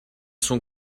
sont